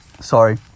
sorry